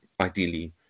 ideally